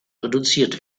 reduziert